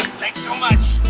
thanks so much.